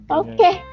okay